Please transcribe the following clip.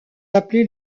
appelés